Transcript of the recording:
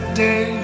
day